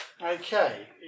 Okay